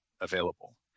available